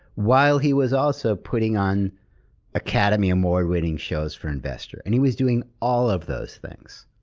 while, he was also putting on academy award-winning shows for investor, and he was doing all of those things.